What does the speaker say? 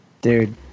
Dude